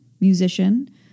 musician